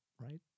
right